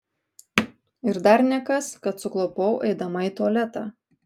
ir dar nekas kad suklupau eidama į tualetą